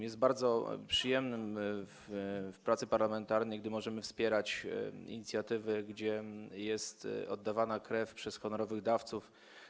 Jest bardzo przyjemne w pracy parlamentarnej, gdy możemy wspierać inicjatywy, gdzie jest oddawana krew przez honorowych dawców.